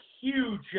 huge